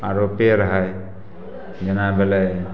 आओर पेड़ हइ जेना भेलै